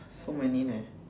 so many